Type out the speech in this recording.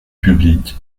publique